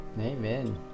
Amen